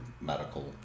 medical